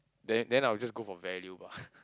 then then I will just go for value ah